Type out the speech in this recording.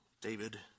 David